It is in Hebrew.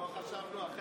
לא חשבנו אחרת.